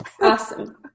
Awesome